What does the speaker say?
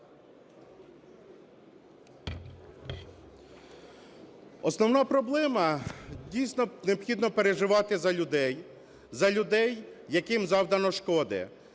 Основна проблема, дійсно, необхідно переживати за людей, за людей, яким завдано шкоди.